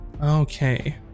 Okay